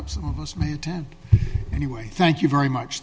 up some of us may attend anyway thank you very much